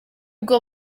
bwo